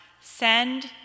Send